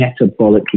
metabolically